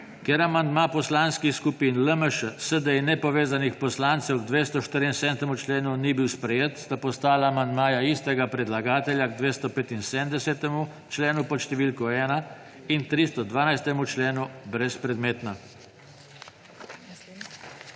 Ker amandma poslanskih skupin LMŠ, SD in nepovezanih poslancev k 274. členu ni bil sprejet, sta postala amandmaja istega predlagatelja k 275. členu pod številko 1 in 312. členu brezpredmetna.